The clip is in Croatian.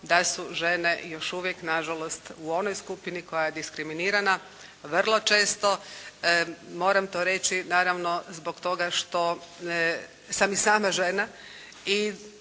da su žene još uvijek na žalost u onoj skupini koja je diskriminirana vrlo često. Moram to reći naravno zbog toga što sam i sama žena